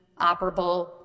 operable